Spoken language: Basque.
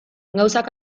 gauzak